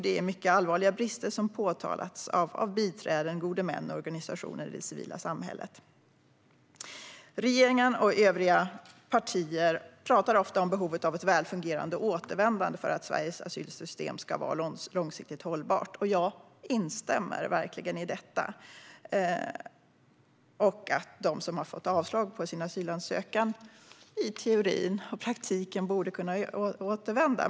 Det är mycket allvarliga brister som har påtalats av biträden, gode män och organisationer i det civila samhället. Regeringen och övriga partier pratar ofta om behovet av ett väl fungerande återvändande för att Sveriges asylsystem ska vara långsiktigt hållbart. Jag instämmer i detta och i att de som har fått avslag på sin asylansökan borde kunna återvända.